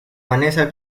vanessa